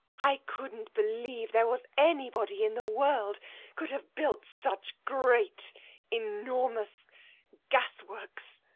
i couldn't believe there was anybody in the world could have built such great enormous gas works.